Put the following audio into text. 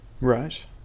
right